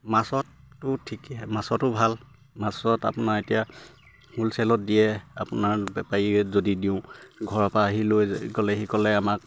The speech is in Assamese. মাছতো ঠিকে মাছতো ভাল মাছত আপোনাৰ এতিয়া হ'লচেলত দিয়ে আপোনাৰ বেপাৰীক যদি দিওঁ ঘৰৰ পৰা আহি লৈ গ'লেহি ক'লে আমাক